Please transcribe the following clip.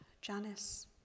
Janice